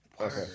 okay